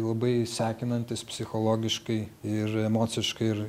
labai sekinantis psichologiškai ir emociškai ir